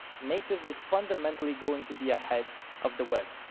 native is fundamentally going to be ahead of the web.